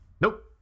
nope